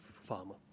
farmer